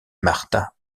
marta